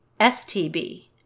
STB